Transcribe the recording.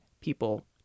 people